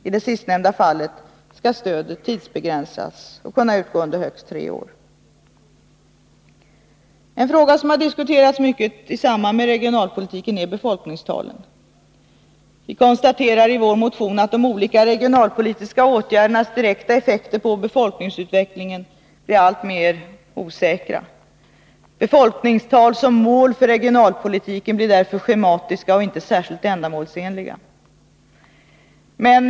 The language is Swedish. I det sistnämnda fallet skall stödet tidsbegränsas och kunna utgå under högst tre år. En fråga som har diskuterats mycket i samband med regionalpolitiken är befolkningstalen. Vi konstaterar i vår motion att de olika regionalpolitiska åtgärdernas direkta effekter på befolkningsutvecklingen blir alltmer osäkra. Befolkningstal som mål för regionalpolitiken blir därför schematiska och inte särskilt ändamålsenliga.